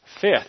Fifth